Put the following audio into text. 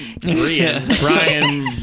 Brian